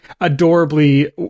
Adorably